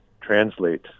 translate